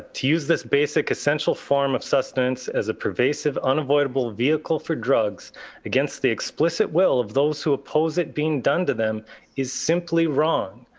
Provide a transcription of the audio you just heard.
ah to use this basic essential form of sustenance as a pervasive unavoidable vehicle for drugs against the explicit will of those who oppose it being done to them is simply wrong.